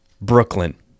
Brooklyn